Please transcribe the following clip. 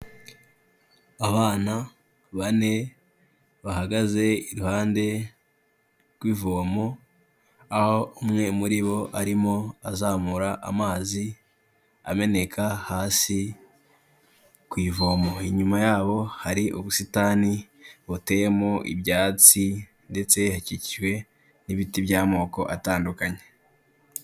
Abana bane bahagaze iruhande rw'ivomo, aho umwe muri bo arimo azamura amazi, ameneka hasi ku ivomo. Inyuma yabo hari ubusitani buteyemo ibyatsi ndetse hakikijwe n'ibiti by'amoko atandukanye.